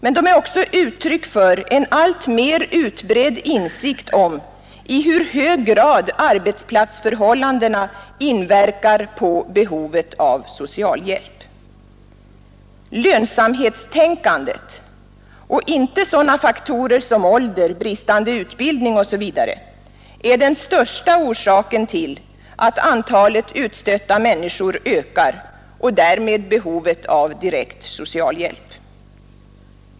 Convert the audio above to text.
Men de är också uttryck för en alltmer utbredd insikt om i hur hög grad arbetsplatsförhållandena inverkar på behovet av socialhjälp. Lönsamhetstänkandet, och inte sådana faktorer som ålder, bristande utbildning osv., är den största orsaken till att antalet utstötta människor ökar och därmed behovet av direkt socialhjälp.